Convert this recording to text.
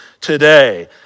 today